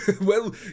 Well